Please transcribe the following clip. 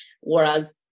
whereas